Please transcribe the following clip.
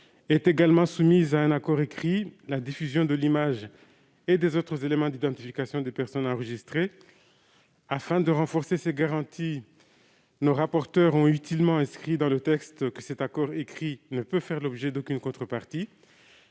Est également soumise à un accord écrit la diffusion de l'image et des autres éléments d'identification des personnes enregistrées. Afin de renforcer ces garanties, nos rapporteurs ont utilement inscrit dans l'article 1 le fait que cet accord écrit ne peut faire l'objet d'aucune contrepartie.